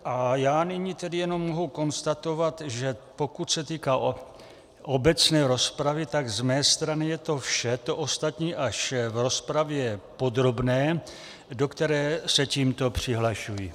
A já nyní tedy mohu jenom konstatovat, že pokud se týká obecné rozpravy, tak z mé strany je to vše, to ostatní až v rozpravě podrobné, do které se tímto přihlašuji.